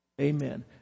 Amen